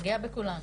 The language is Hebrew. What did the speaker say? פוגע בכולם,